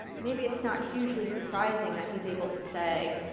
maybe it's not hugely surprising that he's able to say,